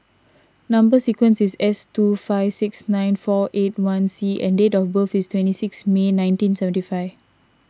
Number Sequence is S two five six nine four eight one C and date of birth is twenty six May nineteen seventy five